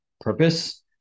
purpose